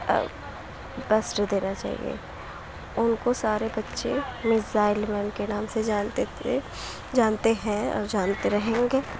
best دینا چاہیے اُن کو سارے بچے میزائل مین کے نام سے جانتے تھے جانتے ہیں اور جانتے رہیں گے